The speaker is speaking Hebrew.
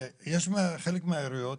חלק מהעיריות,